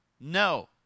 no